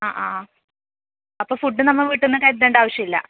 ആ ആ അപ്പം ഫുഡ് നമ്മൾ വീട്ടിൽ നിന്ന് കരുതേണ്ട ആവശ്യമില്ല